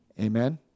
Amen